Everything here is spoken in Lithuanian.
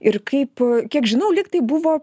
ir kaip kiek žinau lyg tai buvo